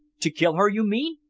to kill her, you mean?